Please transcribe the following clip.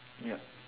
yup